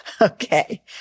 Okay